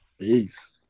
Peace